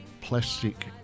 plastic